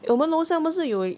我们楼上不是有